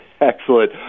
Excellent